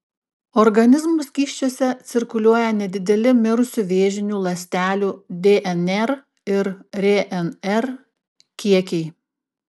organizmo skysčiuose cirkuliuoja nedideli mirusių vėžinių ląstelių dnr ir rnr kiekiai